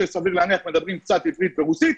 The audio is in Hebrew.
שסביר להניח שמדברים קצת עברית ורוסית,